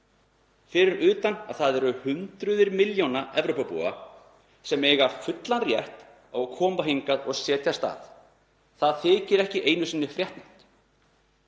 fyrir utan að hundruð milljóna Evrópubúa eiga fullan rétt á að koma hingað og setjast að. Það þykir ekki einu sinni fréttnæmt.